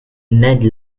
ned